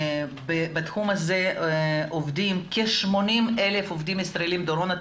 בתחום הזה עובדים כ-80,000 עובדים ישראלים ודורון,